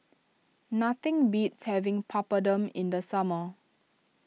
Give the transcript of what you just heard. nothing beats having Papadum in the summer